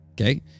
Okay